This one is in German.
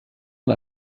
man